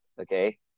okay